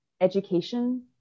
education